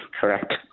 Correct